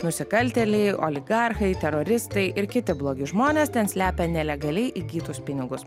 nusikaltėliai oligarchai teroristai ir kiti blogi žmonės ten slepia nelegaliai įgytus pinigus